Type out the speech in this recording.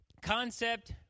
concept